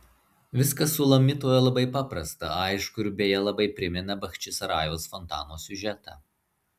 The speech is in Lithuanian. viskas sulamitoje labai paprasta aišku ir beje labai primena bachčisarajaus fontano siužetą